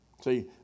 See